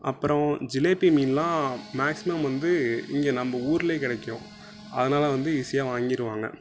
அப்புறம் ஜிலேபி மீனுலாம் மேக்சிமம் வந்து இங்கே நம்ம ஊரில் கிடைக்கும் அதனால வந்து ஈஸியாக வாங்கிருவாங்க